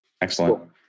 Excellent